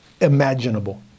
imaginable